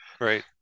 Right